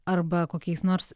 arba kokiais nors